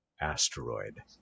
asteroid